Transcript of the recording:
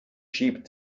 sheep